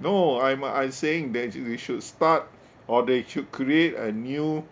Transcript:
no I'm I'm saying that they should start or they should create a new